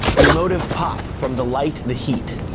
emotive pop from the light, the heat